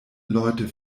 leute